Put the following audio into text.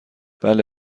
بله